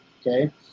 okay